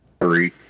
Three